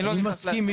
אני מסכים איתך.